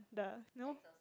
the you know